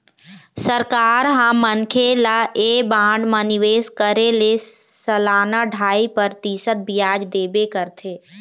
सरकार ह मनखे ल ऐ बांड म निवेश करे ले सलाना ढ़ाई परतिसत बियाज देबे करथे